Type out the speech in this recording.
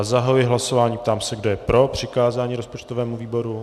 Zahajuji hlasování a ptám se, kdo je pro přikázání rozpočtovému výboru.